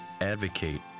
advocate